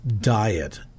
diet